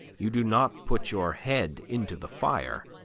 you do not put your head into the fire.